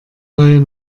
neue